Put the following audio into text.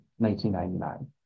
1999